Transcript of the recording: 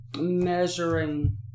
measuring